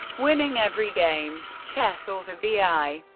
winning every game. chess author v. i.